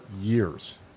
years